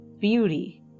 beauty